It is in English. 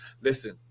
Listen